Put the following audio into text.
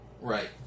Right